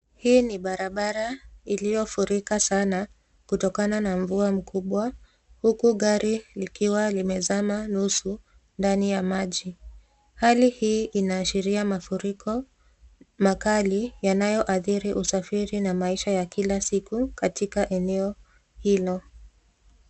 Hii ni barabara iliyofurika sana kutokana na mvua mkubwa huku gari likiwa limezama nusu ndani ya maji. Hali hii inaashiria mafuriko makali yanayoadhiri usafiri na maisha ya kila siku katika eneo hilo.